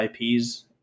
IPs